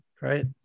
Right